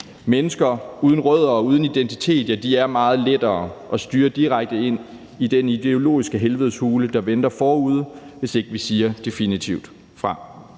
Mennesker uden rødder og uden identitet er meget lettere at styre direkte ind i den ideologiske helvedeshule, der venter forude, hvis ikke vi siger definitivt fra.